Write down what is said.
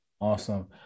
Awesome